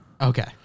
okay